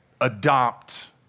adopt